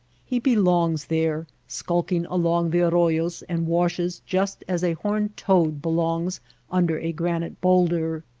he belongs there, skulking along the arroyos and washes just as a horned toad belongs under a granite bowlder.